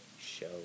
show